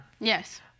Yes